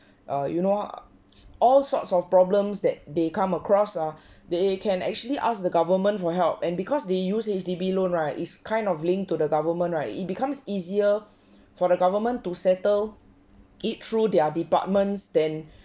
err you know all sorts of problems that they come across ah they can actually ask the government for help and because they use H_D_B loan right it's kind of linked to the government right it becomes easier for the government to settle it through their departments than